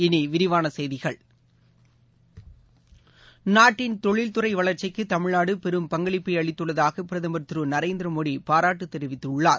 இனி விரிவான செய்திகள் இந்திய தொழில்துறை வளர்ச்சிக்கு தமிழ்நாடு பெரும் பங்களிப்பை அளித்துள்ளதாக பிரதமர் திரு நரேந்திர மோடி பாராட்டு தெரிவித்துள்ளார்